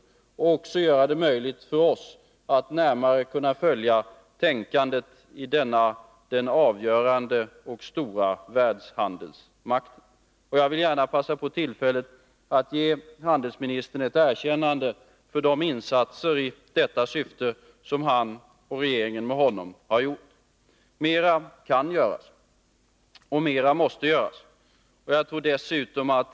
Det skulle också göra det möjligt för oss att närmare följa tänkandet i denna den avgörande och stora världshandelsmakten. Jag vill gärna passa på tillfället att ge handelsministern ett erkännande för de insatser som han och regeringen med honom har gjort i detta syfte. Mer kan göras, och mer måste göras.